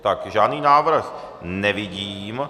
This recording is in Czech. Tak, žádný návrh nevidím.